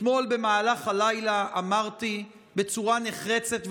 אתמול במהלך הלילה אמרתי בצורה נחרצת,